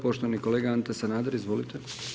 Poštovani kolega Ante Sanader, izvolite.